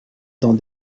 dans